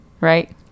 Right